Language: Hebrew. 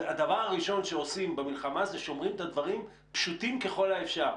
הדבר הראשון שעושים במלחמה הוא לשמור את הדברים פשוטים ככל האפשר.